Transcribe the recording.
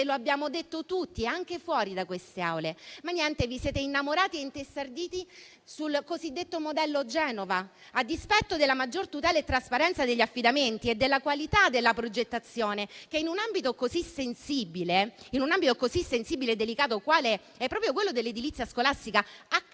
ve lo abbiamo detto tutti, anche fuori dal Parlamento, ma niente, vi siete innamorati e intestarditi sul cosiddetto modello Genova, a dispetto della maggior tutela e trasparenza degli affidamenti e della qualità della progettazione che, in un ambito così sensibile e delicato qual è proprio quello dell'edilizia scolastica,